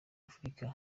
afrika